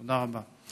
תודה רבה.